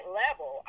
level